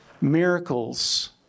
miracles